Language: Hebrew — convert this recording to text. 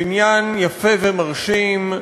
בניין יפה ומרשים,